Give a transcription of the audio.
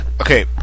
okay